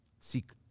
Seek